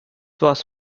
was